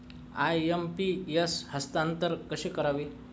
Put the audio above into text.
IMPS हस्तांतरण कसे करावे?